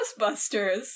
Ghostbusters